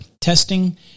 testing